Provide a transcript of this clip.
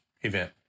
event